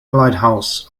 lighthouse